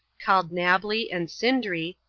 called nablee and cindree,